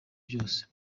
byose